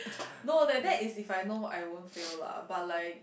no that that is if I know I won't fail lah but like